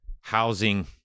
housing